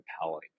compelling